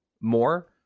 more